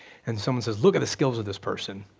and someone says, look at the skills of this person.